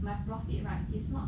but profit right is not